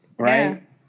Right